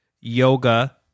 yoga